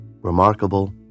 remarkable